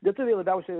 lietuviai labiausia